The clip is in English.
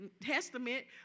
Testament